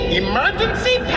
emergency